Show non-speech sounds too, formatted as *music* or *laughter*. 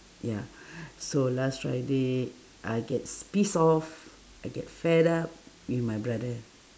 ya *breath* so last friday I gets pissed off I get fed up with my brother